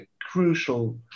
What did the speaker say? crucial